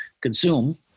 consume